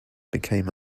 became